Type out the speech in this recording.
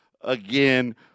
again